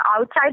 outside